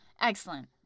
Excellent